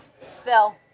Spill